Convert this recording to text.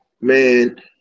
man